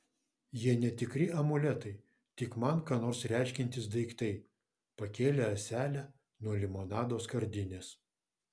jie netikri amuletai tik man ką nors reiškiantys daiktai pakėlė ąselę nuo limonado skardinės